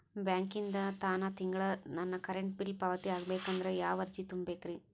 ಬ್ಯಾಂಕಿಂದ ತಾನ ತಿಂಗಳಾ ನನ್ನ ಕರೆಂಟ್ ಬಿಲ್ ಪಾವತಿ ಆಗ್ಬೇಕಂದ್ರ ಯಾವ ಅರ್ಜಿ ತುಂಬೇಕ್ರಿ?